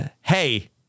hey